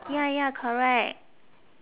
ya ya correct